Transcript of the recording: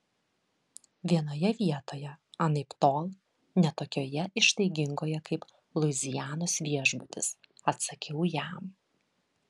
vienoje vietoje anaiptol ne tokioje ištaigingoje kaip luizianos viešbutis atsakiau jam